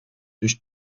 durch